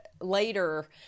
later